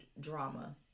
drama